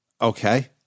okay